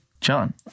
John